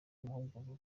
amahugurwa